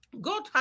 God